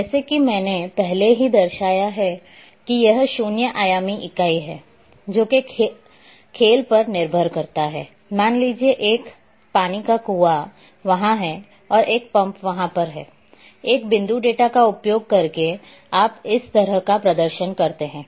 जैसे कि मैंने पहले ही दर्शाया है कि यह शून्य आयामी इकाई है जोके खेल पर निर्भर करता है मान लीजिए एक पानी का कुआँ वहाँ है और एक पंप वहाँ पर है एक बिंदु डेटा का उपयोग करके आप इस तरह का प्रदर्शन करते हैं